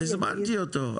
הזמנתי אותו,